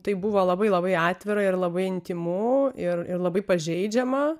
tai buvo labai labai atvira ir labai intymu ir ir labai pažeidžiama